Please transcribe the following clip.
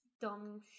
Dumb